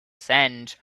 sand